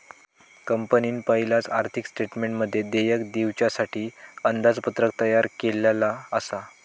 कंपनीन पयलाच आर्थिक स्टेटमेंटमध्ये देयक दिवच्यासाठी अंदाजपत्रक तयार केल्लला आसा